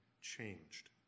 changed